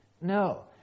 No